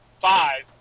five